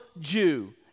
Jew